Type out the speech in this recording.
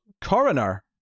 Coroner